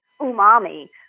umami